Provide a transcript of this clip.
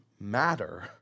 matter